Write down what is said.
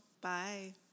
bye